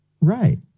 Right